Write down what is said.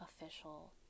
official